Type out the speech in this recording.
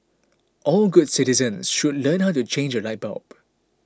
all good citizens should learn how to change a light bulb